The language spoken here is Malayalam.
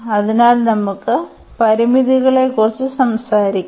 അതിനാൽ നമുക്ക് പരിമിതികളെക്കുറിച്ച് സംസാരിക്കാം